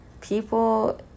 people